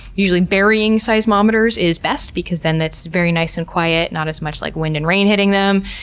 usually burying seismometers is best because then that's very nice and quiet, not as much like wind and rain hitting them,